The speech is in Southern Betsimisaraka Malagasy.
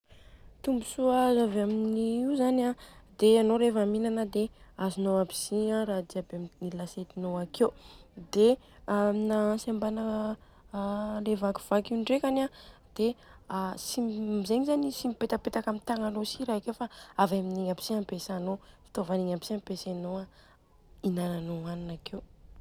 Tombontsoa azo avy amin'ny io zany an dia anô reva mihinana a dia azonô aby si a raha jiaby amboniny lasestinô akeo. Dia amina antsy ambana le vakivaky io ndrekany an dia tsimb zegny zany izy tsy mipetapetaka amin'ny tagnanô si raha io akeo fa avy aminigny aby si ampiasainô, fitaovana igny aby si ampiasainô inananô hanina akeo.